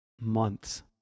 months